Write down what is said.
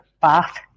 Bath